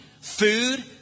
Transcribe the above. food